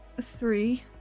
Three